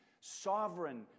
sovereign